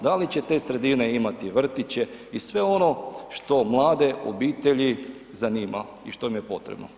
Da li će te sredine imati vrtiće i sve ono što mlade obitelji zanima i što im je potrebno?